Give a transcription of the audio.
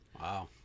Wow